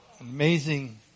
amazing